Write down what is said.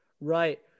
Right